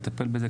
לטפל בזה.